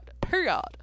Period